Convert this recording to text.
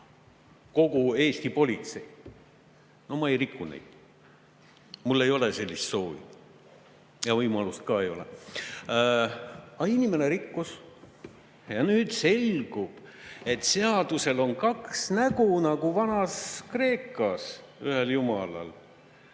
kogu Eesti politsei. No ma ei riku neid, mul ei ole sellist soovi ja võimalust ka ei ole. Aga inimene rikkus. Ja nüüd selgub, et seadusel on kaks nägu, nagu Vana-Kreekas ühel jumalal: